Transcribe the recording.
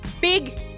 big